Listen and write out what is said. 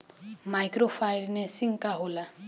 Micro financing का होला?